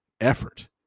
effort